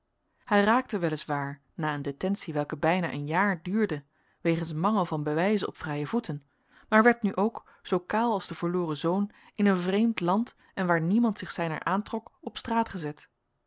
hij raakte wel is waar na een detentie welke bijna een jaar duurde wegens mangel van bewijzen op vrije voeten maar werd nu ook zoo kaal als de verloren zoon in een vreemd land en waar niemand zich zijner aantrok op straat gezet